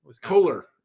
Kohler